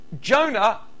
Jonah